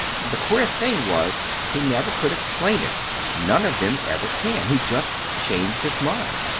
and the queer thing was he never could explain it none of them ever can he just changed his mind.